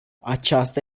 aceasta